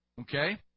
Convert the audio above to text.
Okay